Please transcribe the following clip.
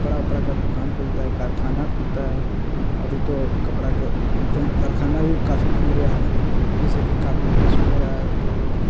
कपड़े वपड़े की दुकान खुलते हैं कारख़ाना खुलते हैं अभी तो कपड़े का करख़ाने भी काफ़ी खुल गए हैं जिससे कि काफ़ी बिजनेस हो रहा है तो